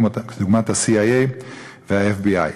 כדוגמת ה-CIA וה-FBI.